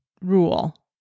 Rule